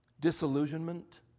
Disillusionment